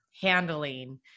handling